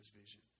vision